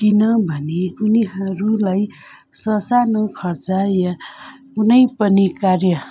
किनभने उनीहरूलाई ससानो खर्च वा कुनै पनि कार्य